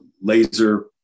laser